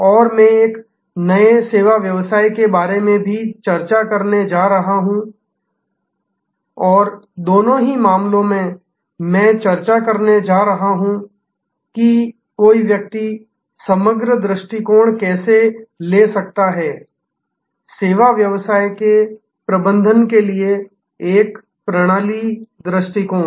और मैं एक नए सेवा व्यवसाय के बारे में भी चर्चा करने जा रहा हूं और दोनों ही मामलों में मैं चर्चा करने जा रहा हूं कि कोई व्यक्ति समग्र दृष्टिकोण कैसे ले सकता है सेवा व्यवसाय के प्रबंधन के लिए एक प्रणाली दृष्टिकोण